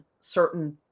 certain